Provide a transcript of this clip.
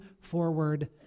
forward